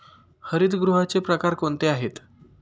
हरितगृहाचे प्रकार कोणते आहेत?